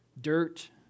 dirt